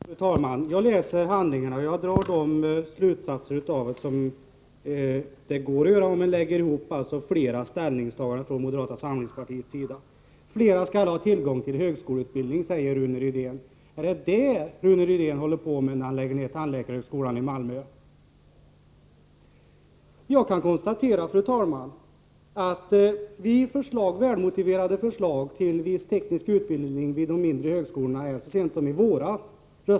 Fru talman! Jag läser handlingarna och drar de slutsatser av dem som det går att dra, om man lägger ihop flera ställningstaganden från moderata samlingspartiet. Flera skall ha tillgång till högskoleutbildning, säger Rune Rydén. Är det det han håller på med när han lägger ner tandläkarhögskolan i Malmö? Fru talman! Jag kan konstatera att moderata samlingspartiet röstade nej till välmotiverade förslag om viss teknisk utbildning vid de mindre högskolor na så sent som i våras.